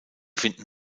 finden